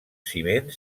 ciment